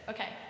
Okay